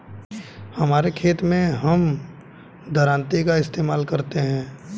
हमारे खेत मैं हम दरांती का इस्तेमाल करते हैं